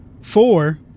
four